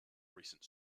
recent